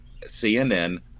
CNN